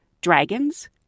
dragons